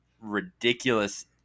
ridiculous